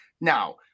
now